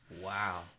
Wow